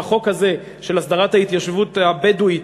אם החוק הזה של הסדרת ההתיישבות הבדואית